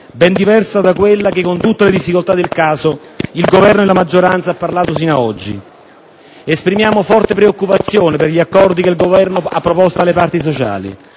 ben diversa da quella che, con tutte le difficoltà del caso, il Governo e la maggioranza hanno parlato sino ad oggi. Esprimiamo forte preoccupazione per gli accordi che il Governo ha proposto alle parti sociali.